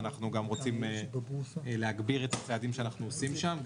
ואנחנו גם רוצים להגביר את הצעדים שאנחנו עושים שם.